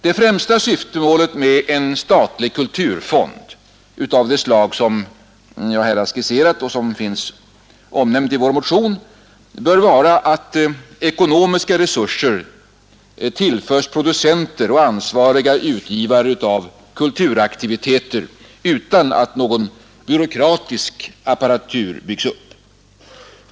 Det främsta syftemålet med en statlig kulturfond av det slag som jag här har skisserat och som finns omnämnd i vår motion bör vara att ekonomiska resurser tillförs producenter och andra ansvariga utgivare av kulturaktiviteter utan att någon byråkratisk apparatur byggs upp.